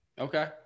okay